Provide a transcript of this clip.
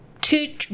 Two